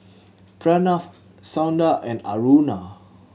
Pranav Sundar and Aruna